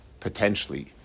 Potentially